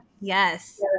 Yes